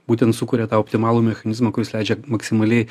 būtent sukuria tą optimalų mechanizmą kuris leidžia maksimaliai